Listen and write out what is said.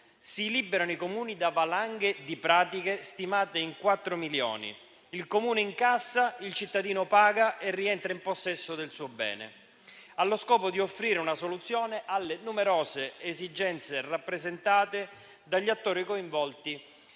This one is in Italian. Si liberano i Comuni da valanghe di pratiche stimate in 4 milioni: il Comune incassa, il cittadino paga e rientra in possesso del suo bene. Allo scopo di offrire una soluzione alle numerose esigenze rappresentate dagli attori coinvolti